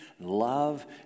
love